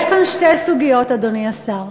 יש כאן שתי סוגיות, אדוני השר.